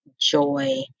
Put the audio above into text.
joy